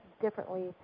differently